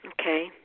Okay